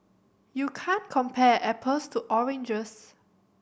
you can't compare apples to oranges